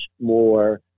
more